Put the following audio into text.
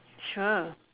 sure